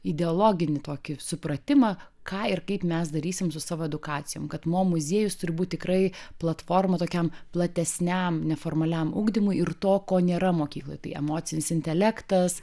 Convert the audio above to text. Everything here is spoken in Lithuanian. ideologinį tokį supratimą ką ir kaip mes darysim su savo edukacijom kad mo muziejus turi būti tikrai platforma tokiam platesniam neformaliam ugdymui ir to ko nėra mokykloje tai emocinis intelektas